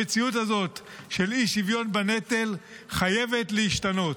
המציאות הזאת של אי-שוויון בנטל, חייבת להשתנות.